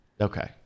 okay